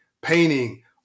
painting